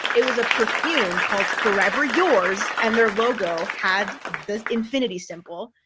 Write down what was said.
it was a perfume called forever yours. and their logo had this infinity symbol.